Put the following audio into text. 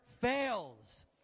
fails